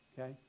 Okay